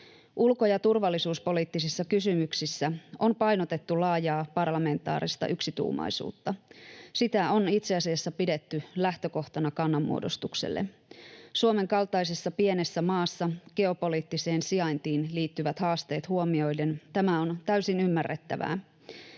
Ulko- ja turvallisuuspoliittisissa kysymyksissä on painotettu laajaa parlamentaarista yksituumaisuutta. Sitä on itse asiassa pidetty lähtökohtana kannanmuodostukselle. Suomen kaltaisessa pienessä maassa geopoliittiseen sijaintiin liittyvät haasteet huomioiden tämä on täysin ymmärrettävää.